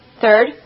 Third